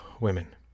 women